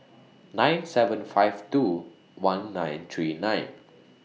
nine seven five two one nine three nine